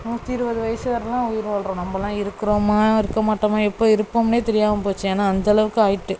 நூற்றி இருபது வயசு வரலாம் உயிர் வாழ்றோம் நம்பல்லாம் இருக்கிறோமா இருக்க மாட்டோமா எப்போ இருப்போம்னே தெரியாமல் போச்சு ஏன்னா அந்த அளவுக்கு ஆயிட்டு